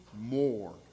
more